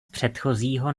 předchozího